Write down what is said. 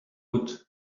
would